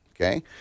okay